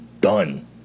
done